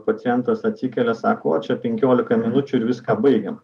pacientas atsikelia sako o čia penkiolika minučių ir viską baigėm